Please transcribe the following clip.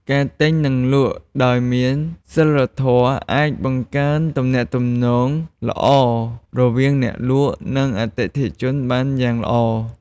ការទិញ និងលក់ដោយមានសីលធម៌អាចបង្កើនទំនាក់ទំនងល្អរវាងអ្នកលក់ និងអតិថិជនបានយ៉ាងល្អ។